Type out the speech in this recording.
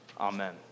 Amen